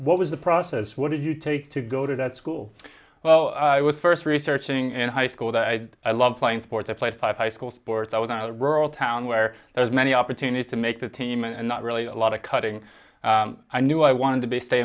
what was the process what did you take to go to that school well i was first researching in high school that i love playing sports i played five high school sports i was a rural town where there's many opportunities to make the team and not really a lot of cutting i knew i wanted to be